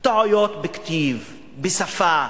טעויות בכתיב, בשפה.